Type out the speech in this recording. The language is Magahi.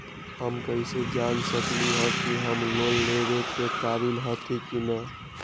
हम कईसे जान सकली ह कि हम लोन लेवे के काबिल हती कि न?